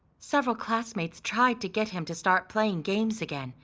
several classmates tried to get him to start playing games again.